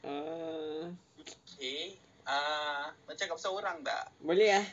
um K boleh ah